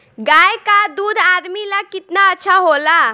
गाय का दूध आदमी ला कितना अच्छा होला?